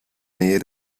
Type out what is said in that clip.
nähe